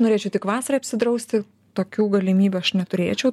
norėčiau tik vasarą apsidrausti tokių galimybių aš neturėčiau